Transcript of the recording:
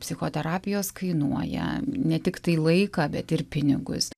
psichoterapijos kainuoja ne tiktai laiką bet ir pinigus